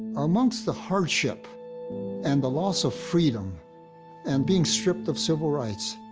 amongst the hardship and the loss of freedom and being stripped of civil rights,